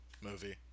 movie